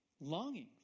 longing